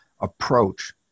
approach